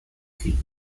krieg